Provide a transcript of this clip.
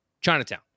Chinatown